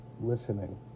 Listening